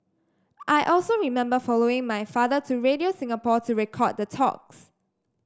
I also remember following my father to Radio Singapore to record the talks